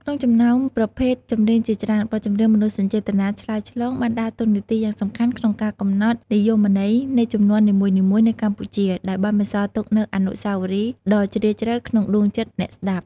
ក្នុងចំណោមប្រភេទចម្រៀងជាច្រើន បទចម្រៀងមនោសញ្ចេតនាឆ្លើយឆ្លង បានដើរតួនាទីយ៉ាងសំខាន់ក្នុងការកំណត់និយមន័យនៃជំនាន់នីមួយៗនៅកម្ពុជា ដោយបានបន្សល់ទុកនូវអនុស្សាវរីយ៍ដ៏ជ្រាលជ្រៅក្នុងដួងចិត្តអ្នកស្តាប់។